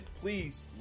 please